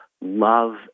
love